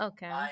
Okay